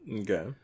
Okay